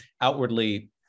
outwardly